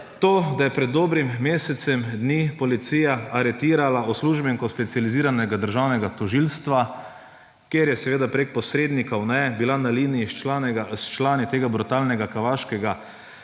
To, da je pred dobrim mesecem dni policija aretirala uslužbenko Specializiranega državnega tožilstva, kjer je seveda preko posrednikov bila na liniji s člani tega brutalnega kavaškega